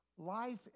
life